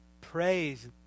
Praise